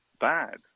bad